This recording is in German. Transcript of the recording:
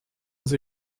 sie